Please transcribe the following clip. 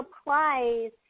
applies